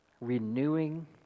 renewing